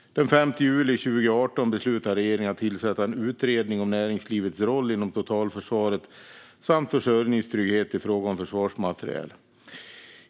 Den 5 juli 2018 beslutade regeringen att tillsätta en utredning om näringslivets roll inom totalförsvaret samt försörjningstrygghet i fråga om försvarsmateriel.